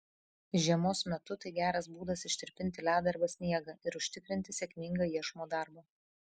žiemos metu tai geras būdas ištirpinti ledą arba sniegą ir užtikrinti sėkmingą iešmo darbą